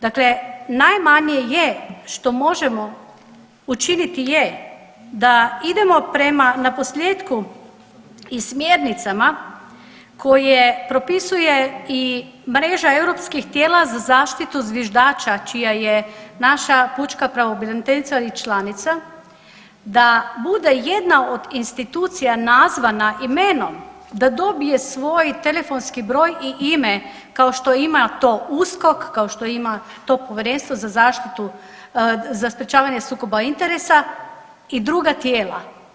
Dakle, najmanje je što možemo učiniti je da idemo prema na posljetku i smjernicama koje propisuje i mreža europskih tijela za zaštitu zviždača čija je naša pučka pravobraniteljica i članica, da bude jedna od institucija nazvana imenom, da dobije svoj telefonski broj i ime kao što ima to USKOK, kao što ima to Povjerenstvo za zaštitu, za sprječavanje sukoba interesa i druga tijela.